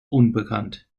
unbekannt